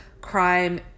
crime